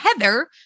Heather